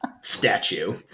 statue